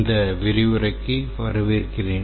இந்த விரிவுரைக்கு வரவேற்கிறேன்